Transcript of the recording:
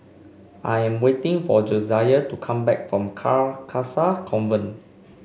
I'm waiting for Josiah to come back from Carcasa Convent